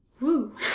Woo